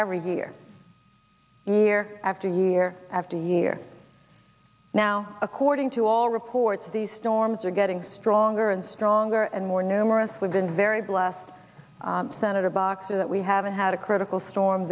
every year year after year after year now according to all reports these storms are getting stronger and stronger and more numerous we've been very blessed senator boxer that we haven't had a critical storm